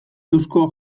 eusko